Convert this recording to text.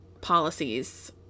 policies